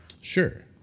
sure